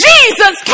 Jesus